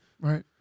Right